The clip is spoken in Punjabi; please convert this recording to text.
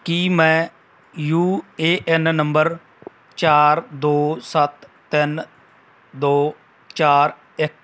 ਕੀ ਮੈਂ ਯੂ ਏ ਐਨ ਨੰਬਰ ਚਾਰ ਦੋ ਸੱਤ ਤਿੰਨ ਦੋ ਚਾਰ ਇੱਕ